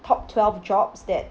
top twelve jobs that